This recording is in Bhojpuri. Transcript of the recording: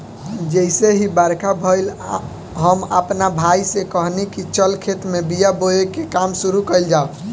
जइसे ही बरखा भईल, हम आपना भाई से कहनी की चल खेत में बिया बोवे के काम शुरू कईल जाव